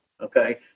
Okay